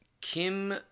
Kim